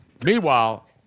Meanwhile